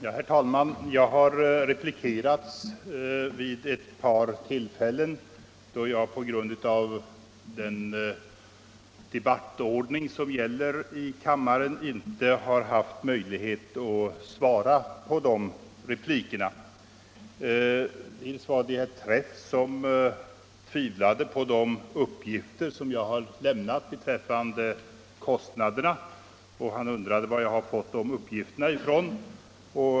Herr talman! Det har riktats repliker mot mig vid ett par tillfällen då jag på grund av den debattordning som gäller i kammaren inte har haft möjlighet att svara. Herr Träff tvivlade på de uppgifter som jag lämnade beträffande kostnaderna, och han undrade varifrån jag hade fått de uppgifterna.